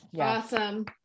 awesome